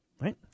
Right